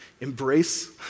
embrace